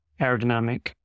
aerodynamic